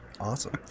Awesome